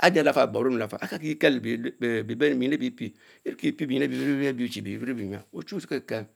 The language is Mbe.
ade aree latal aborinu lafal akelkieye benyin ebieriepie, yie pie benyin ebee chi berie beyam